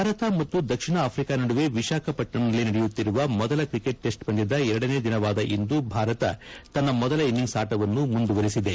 ಭಾರತ ಮತ್ತು ದಕ್ಷಿಣ ಆಫ್ರಿಕಾ ನಡುವೆ ವಿಶಾಖಪಟ್ಟಣಂನಲ್ಲಿ ನಡೆಯುತ್ತಿರುವ ಮೊದಲ ಕ್ರಿಕೆಟ್ ಟಿಸ್ಟ್ ಪಂದ್ಯದ ಎರಡನೇ ದಿನವಾದ ಇಂದು ಭಾರತ ತನ್ನ ಮೊದಲ ಇನ್ನಿಂಗ್ಸ್ ಆಟವನ್ನು ಮುಂದುವರಿಸಿದೆ